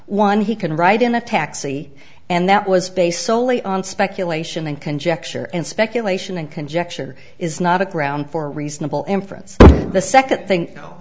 one he can write in a taxi and that was based solely on speculation and conjecture and speculation and conjecture is not a ground for reasonable inference the second i thin